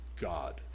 God